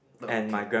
okay